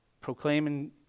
proclaiming